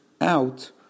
out